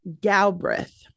Galbraith